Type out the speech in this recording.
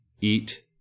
eat